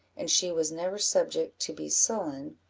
and she was never subject to be sullen,